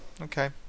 Okay